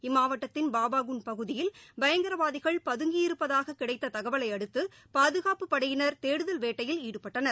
இம்மாவட்டத்தின் பாபாகுண்ட் பகுதியில் பயங்கரவாதிகள் பதுங்கியிருப்பதாக கிடைத்த தகவலையடுத்து பாதுகாப்பு படையினர் தேடுதல் வேட்டையில் ஈடுபட்டனர்